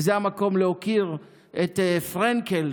וזה המקום להוקיר את פרנקל,